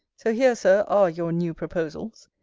so here, sir, are your new proposals.